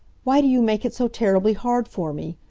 why do you make it so terribly hard for me!